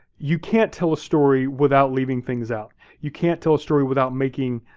you can't tell a story without leaving things out. you can't tell a story without making,